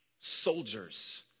soldiers